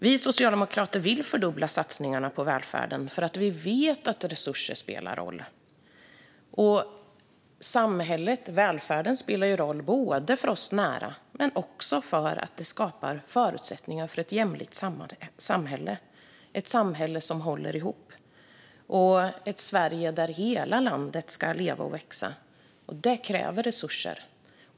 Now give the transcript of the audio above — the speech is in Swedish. Vi socialdemokrater vill fördubbla satsningarna på välfärden för att vi vet att resurser spelar roll. Välfärden spelar roll både för våra nära och för att den skapar förutsättningar för ett jämlikt samhälle, ett samhälle som håller ihop och ett Sverige där hela landet ska leva och växa. Det kräver resurser.